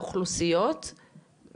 הם אוכלוסיה מאוד קשה.